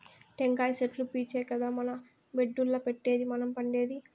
టెంకాయ చెట్లు పీచే కదా మన బెడ్డుల్ల పెట్టేది మనం పండేది